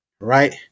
right